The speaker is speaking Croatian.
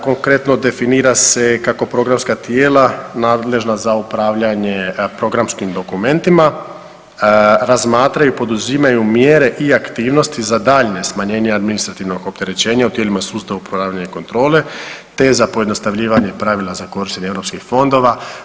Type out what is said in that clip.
Konkretno definira se kako programska tijela nadležna za upravljanje programskim dokumentima razmatraju i poduzimaju mjere i aktivnosti za daljnje smanjenje administrativnog opterećenja u tijelima sustavu upravljanja i kontrole te za pojednostavljivanje pravila za korištenje europskih fondova.